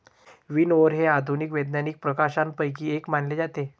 विनओवर हे आधुनिक वैज्ञानिक प्रकाशनांपैकी एक मानले जाते